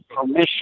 permission